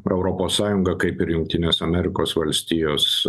pro europos sąjungą kaip ir jungtinės amerikos valstijos